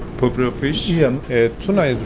popular fish? yeah tuna is